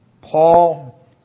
Paul